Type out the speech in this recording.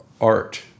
art